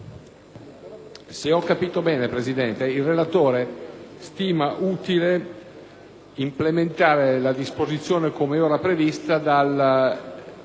se ho capito bene, il relatore stima utile implementare la disposizione come ora prevista con